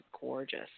gorgeous